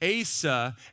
Asa